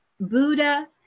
Buddha